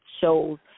shows